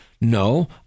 No